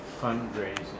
fundraising